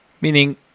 Meaning